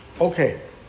Okay